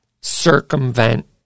circumvent